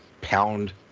pound